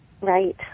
right